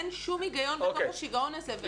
אין שום הגיון בתוך השיגעון הזה.